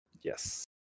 Yes